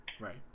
Right